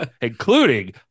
including